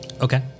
okay